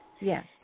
Yes